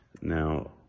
Now